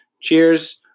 Cheers